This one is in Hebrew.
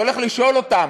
אתה הולך לשאול אותם: